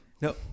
No